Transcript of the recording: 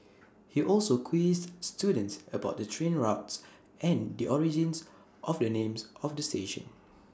he also quizzed students about the train routes and the origins of the names of stations